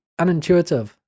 unintuitive